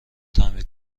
تعمیر